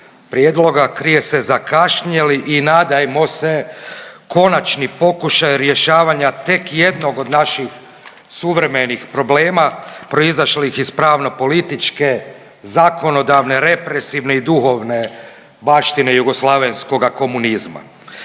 prijedloga krije se zakašnjeli i nadajmo se konačni pokušaj rješavanja tek jednog od naših suvremenih problema proizašlih iz pravno političke zakonodavne represivne i duhovne baštine jugoslavenskoga komunizma.